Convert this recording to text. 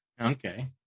Okay